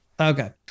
Okay